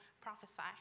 prophesy